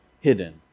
hidden